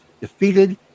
defeated